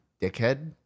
dickhead